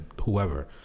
whoever